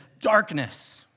darkness